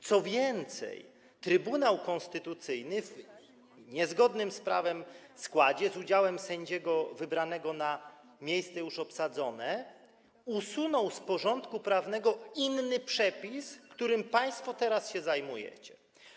Co więcej, Trybunał Konstytucyjny w niezgodnym z prawem składzie, z udziałem sędziego wybranego na miejsce już obsadzone, usunął z porządku prawnego inny przepis, którym państwo teraz się zajmujecie.